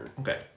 Okay